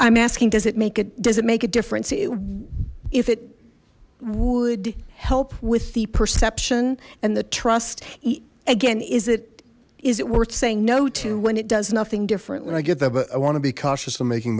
i'm asking does it make it does it make a difference you if it would help with the perception and the trust again is it is it worth saying no to when it does nothing differently i get that but i want to be cautious of making